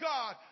God